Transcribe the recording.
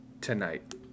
tonight